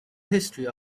history